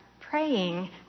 praying